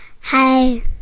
Hi